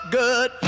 good